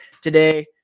today